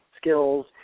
skills